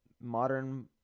modern